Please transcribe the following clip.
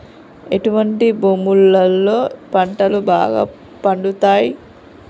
ఎటువంటి భూములలో పంటలు బాగా పండుతయ్?